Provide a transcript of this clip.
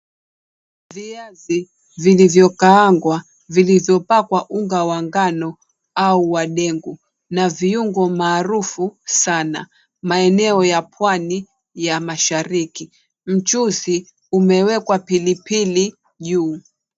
Viazi vilivyokaangwa vilivyopakwa unga wa ngano au wa ndengu na viungo maarufu sana maeneo ya pwani ya mashariki. Mchuzi umewekwa pilipili juu.